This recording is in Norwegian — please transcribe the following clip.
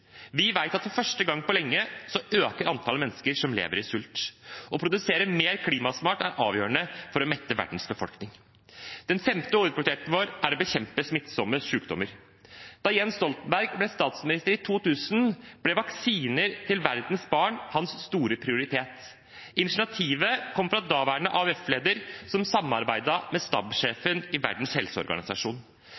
Vi vet at for første gang på lenge øker antallet mennesker som sulter. Å produsere mer klimasmart er avgjørende for å mette verdens befolkning. Den femte hovedprioriteten vår er å bekjempe smittsomme sykdommer. Da Jens Stoltenberg ble statsminister i 2000, ble vaksiner til verdens barn hans store prioritet. Initiativet kom fra daværende AUF-leder, som samarbeidet med